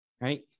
right